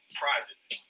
private